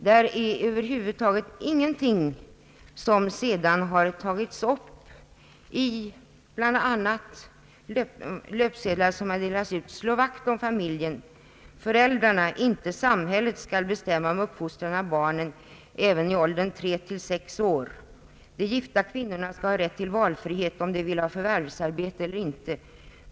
Där förekommer över huvud taget ingenting av det som sedan har tagits upp bl.a. på löpsedlar som har delats ut nämligen: »Slå vakt om familjen! Föräldrarna, inte samhället, skall bestämma om uppfostran av barnen även i åldern 3—6 år. De gifta kvinnorna skall ha rätt till valfrihet, om de vill ha förvärvsarbete eller inte.